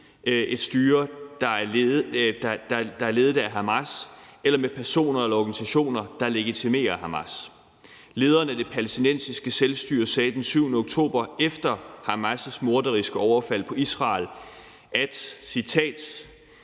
et styre, der er ledet af Hamas, eller støtte personer og organisationer, der legitimerer Hamas. Lederen af det palæstinensiske selvstyre sagde den 7. oktober efter Hamas' morderiske overfald på Israel – citat: